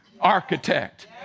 architect